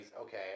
okay